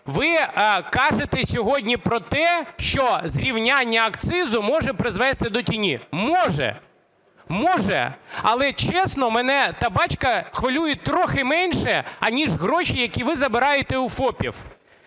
Ви кажете сьогодні, про те, що зрівняння акцизу може призвести до тіні. Може. Може. Але чесно, мене "табачка" хвилює трохи менше, аніж гроші, які ви забираєте у ФОПів.